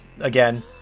Again